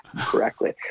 correctly